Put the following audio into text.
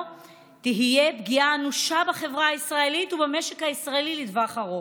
תהיה פגיעה אנושה בחברה הישראלית ובמשק הישראלי לטווח ארוך.